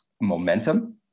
momentum